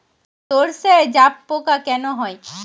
সর্ষায় জাবপোকা কেন হয়?